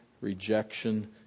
rejection